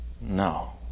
No